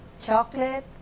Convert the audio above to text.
Chocolate